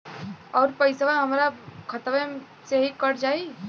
अउर पइसवा हमरा खतवे से ही कट जाई?